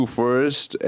first